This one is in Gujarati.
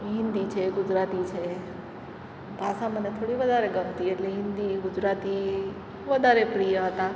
હિન્દી છે ગુજરાતી છે ભાષા મને થોડી વધારે ગમતી એટલે હિન્દી ગુજરાતી વધારે પ્રિય હતા